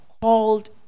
called